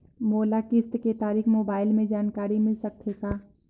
मोला किस्त के तारिक मोबाइल मे जानकारी मिल सकथे का?